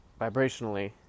vibrationally